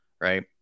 Right